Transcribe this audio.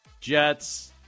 Jets